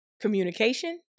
communication